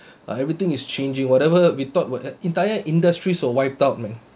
uh everything is changing whatever we thought were entire industries were wiped out man